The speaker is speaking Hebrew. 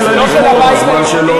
לא של הבית היהודי,